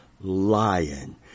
lion